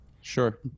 Sure